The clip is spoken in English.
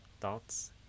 thoughts